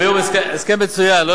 הביאו הסכם מצוין.